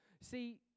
See